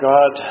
God